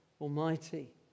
Almighty